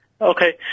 Okay